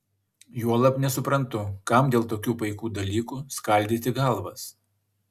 juolab nesuprantu kam dėl tokių paikų dalykų skaldyti galvas